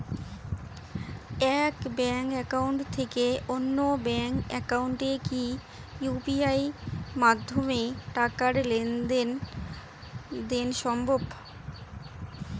এক bank account থেকে অন্য ব্যাংক একাউন্টে কি ইউ.পি.আই মাধ্যমে টাকার লেনদেন দেন সম্ভব?